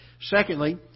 Secondly